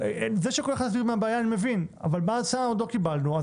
עדיין לא קיבלנו הצעה.